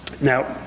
Now